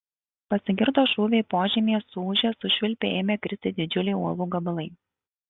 pasigirdo šūviai požemyje suūžė sušvilpė ėmė kristi didžiuliai uolų gabalai